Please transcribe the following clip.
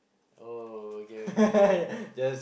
oh okay okay